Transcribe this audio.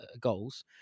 goals